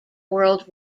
world